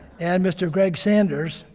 and mr. greg sanders,